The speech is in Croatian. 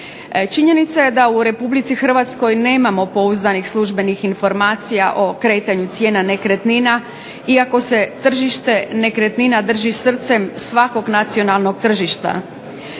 Činjenica je da u Republici Hrvatskoj nemamo pouzdanih službenih informacija o kretanju cijena nekretnina, iako se tržište nekretnina drži srcem svakog nacionalnog tržišta.